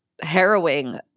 harrowing